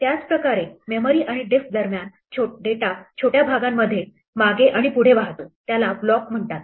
त्याचप्रकारे मेमरी आणि डिस्क दरम्यान डेटा छोट्या भागांमध्ये मागे आणि पुढे वाहतो त्याला ब्लॉक म्हणतात